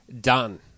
done